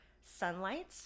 sunlight